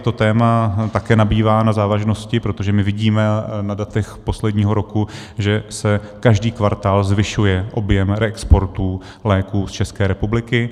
Toto téma také nabývá na závažnosti, protože my vidíme na datech posledního roku, že se každý kvartál zvyšuje objem reexportů léků z České republiky.